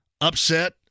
upset